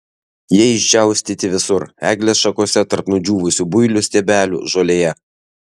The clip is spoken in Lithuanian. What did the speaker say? jie išdžiaustyti visur eglės šakose tarp nudžiūvusių builių stiebelių žolėje